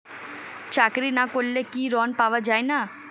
চাকরি না করলে কি ঋণ পাওয়া যায় না?